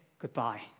Goodbye